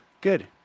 Good